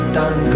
done